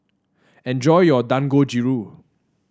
enjoy your Dangojiru